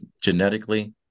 genetically